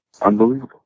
unbelievable